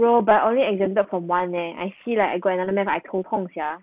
no but only exempted from one leh I feel like I got another math I 头痛 sia